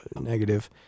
negative